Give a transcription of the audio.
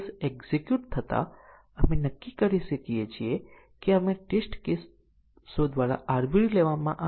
2 અને 6 3 અને 7 5 અને 1 6 અને 2 7 અને 3 આ A નું સ્વતંત્ર મૂલ્યાંકન હાંસલ કરે છે